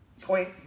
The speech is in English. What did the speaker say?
Point